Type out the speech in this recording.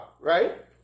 right